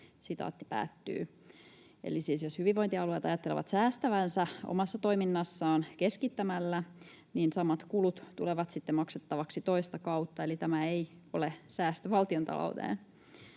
matkakorvauksia.” Siis jos hyvinvointialueet ajattelevat säästävänsä omassa toiminnassaan keskittämällä, niin samat kulut tulevat sitten maksettavaksi toista kautta, eli tämä ei ole säästö valtiontalouteen.